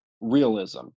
realism